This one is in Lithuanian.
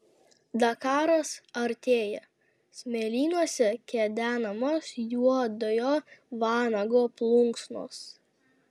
dakaras artėja smėlynuose kedenamos juodojo vanago plunksnos